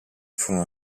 furono